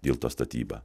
tilto statybą